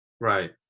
right